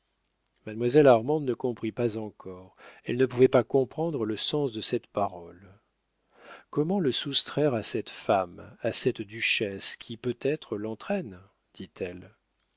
mademoiselle armande ne comprit pas encore elle ne pouvait pas comprendre le sens de cette parole comment le soustraire à cette femme à cette duchesse qui peut-être l'entraîne dit-elle